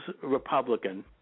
Republican